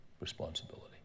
responsibility